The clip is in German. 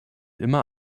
immer